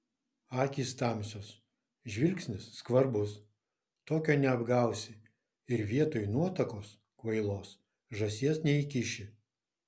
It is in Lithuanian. akys tamsios žvilgsnis skvarbus tokio neapgausi ir vietoj nuotakos kvailos žąsies neįkiši